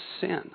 sin